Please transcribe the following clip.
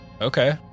Okay